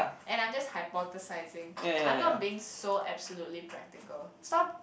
and I'm just hypothesizing I'm not being so absolutely practical stop